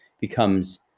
becomes